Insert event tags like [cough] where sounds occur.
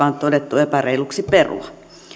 [unintelligible] on todettu epäreiluksi perua